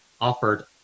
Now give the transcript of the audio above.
offered